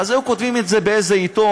היו כותבים את זה באיזה עיתון,